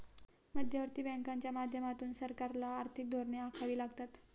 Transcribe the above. मध्यवर्ती बँकांच्या माध्यमातून सरकारला आर्थिक धोरणे आखावी लागतात